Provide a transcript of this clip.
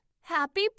Happy